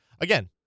again